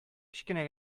кечкенә